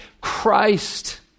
Christ